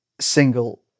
single